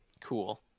cool